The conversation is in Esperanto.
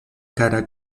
kara